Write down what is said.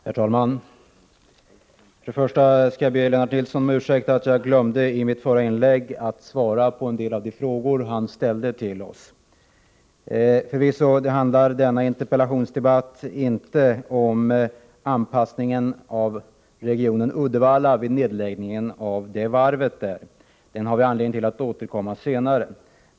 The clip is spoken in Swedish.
Herr talman! Först skall jag be Lennart Nilsson om ursäkt för att jag i mitt förra inlägg glömde att svara på en del av de frågor han ställde till oss i moderata samlingspartiet. Förvisso handlar denna interpellationsdebatt inte om anpassningen av Uddevallaregionen vid nedläggningen av varvet där. Detta har vi anledning att återkomma till senare.